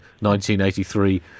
1983